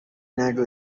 نگو